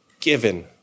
given